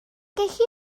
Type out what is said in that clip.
gallu